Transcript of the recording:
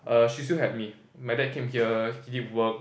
err she still had me my dad came here he did work